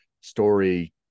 story